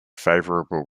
favorable